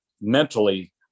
mentally